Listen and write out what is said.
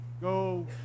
go